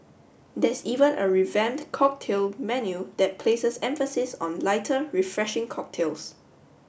there's even a revamped cocktail menu that places emphasis on lighter refreshing cocktails